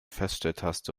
feststelltaste